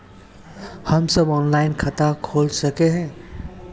हम सब ऑनलाइन खाता खोल सके है?